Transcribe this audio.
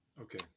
Okay